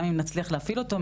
גם אם נצליח להפעיל אותו,